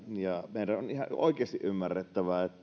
meidän on ihan oikeasti ymmärrettävä